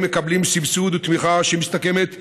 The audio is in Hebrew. מקבלים סבסוד ותמיכה שמסתכמת בכ-40%,